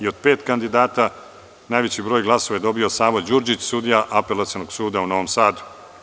Od pet kandidata, najveći broj glasova dobio je Savo Đurđić, sudija Apelacionog suda u Novom Sadu.